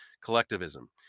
collectivism